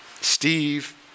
Steve